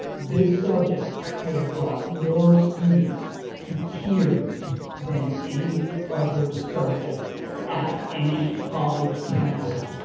this subject has brought more students to tears than any other subject, at any college campus,